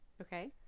Okay